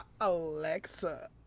alexa